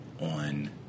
on